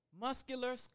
muscular